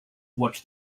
watch